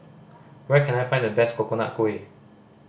where can I find the best Coconut Kuih